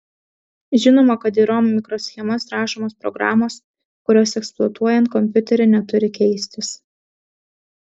žinoma kad į rom mikroschemas rašomos programos kurios eksploatuojant kompiuterį neturi keistis